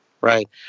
right